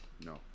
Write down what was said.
No